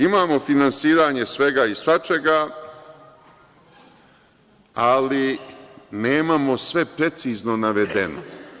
Imamo finansiranje svega i svačega, ali nemamo sve precizno navedeno.